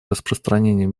распространения